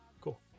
cool